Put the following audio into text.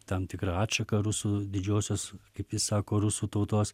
tam tikra atšaka rusų didžiosios kaip jis sako rusų tautos